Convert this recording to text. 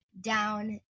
down